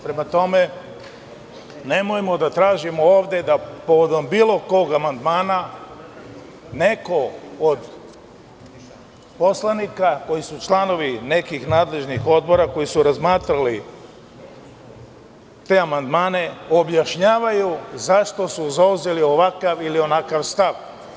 Prema tome, nemojmo da tražimo ovde da povodom bilo kog amandmana neko od poslanika koji su članovi nekih nadležnih odbora koji su razmatrali te amandmane, objašnjavaju zašto su zauzeli ovakav ili onakav stav.